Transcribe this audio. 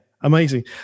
Amazing